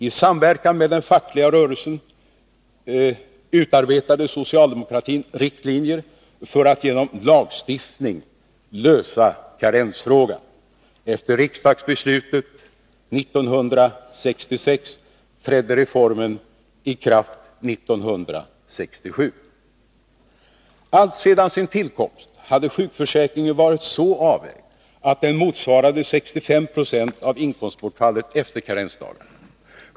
I samverkan med den fackliga rörelsen utarbetade socialdemokratin riktlinjer för att genom lagstiftning lösa karensfrågan. Efter riksdagsbeslutet 1966 trädde reformen i kraft 1967. Alltsedan sin tillkomst hade sjukförsäkringen varit så avvägd att den motsvarade 65 26 av inkomstbortfallet efter karensdagarna.